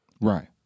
Right